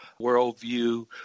worldview